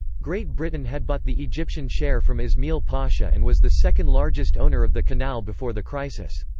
great britain had bought the egyptian share from isma'il pasha and was the second largest owner of the canal before the crisis.